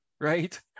right